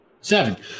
seven